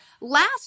Last